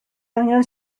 angen